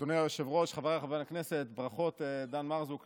היושב-ראש, חבריי השרים, השרות, נוכחות יפה,